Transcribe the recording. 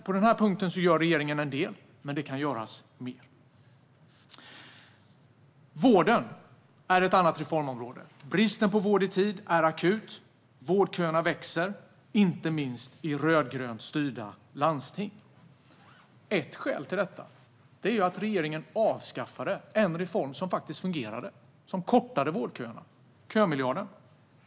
På den här punkten gör regeringen en del, men det kan göras mer. Vården är ett annat reformområde. Bristen på vård i tid är akut. Vårdköerna växer, inte minst i rödgrönstyrda landsting. Ett skäl till detta är att regeringen avskaffade en reform som faktiskt fungerade, som kortade vårdköerna, det vill säga kömiljarden.